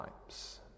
times